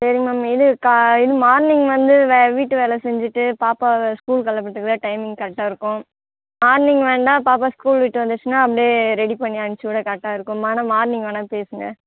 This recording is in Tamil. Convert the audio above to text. சரிங்க மேம் இது கா இது மார்னிங் வந்து வே வீட்டு வேலை செஞ்சிட்டு பாப்பாவை ஸ்கூல் கிளப்பிட்டுதான் டைமிங் கரெட்டாக இருக்கும் மார்னிங் வேணா பாப்பா ஸ்கூல் விட்டு வந்துச்சின்னால் அப்படியே ரெடி பண்ணி அனுப்பிச்சுட்றேன் கரெக்டா இருக்கும் வேணா மார்னிங் வேணா பேசுங்கள்